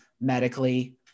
medically